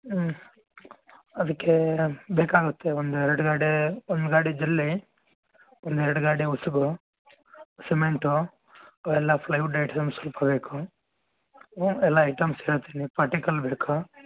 ಹ್ಞೂ ಅದಕ್ಕೆ ಬೇಕಾಗುತ್ತೆ ಒಂದು ಎರಡು ಗಾಡಿ ಒಂದು ಗಾಡಿ ಜಲ್ಲೆ ಒಂದು ಎರಡು ಗಾಡಿ ಉಸುಕು ಸಿಮೆಂಟು ಎಲ್ಲ ಪ್ಲಯ್ ವುಡ್ ಐಟಮ್ಸ್ ಸ್ವಲ್ಪ ಬೇಕು ಹ್ಞೂ ಎಲ್ಲ ಐಟಮ್ಸ್ ಹೇಳ್ತೀನಿ ಪಟಿಕಲ್ ಬೇಕು